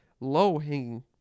low-hanging